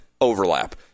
overlap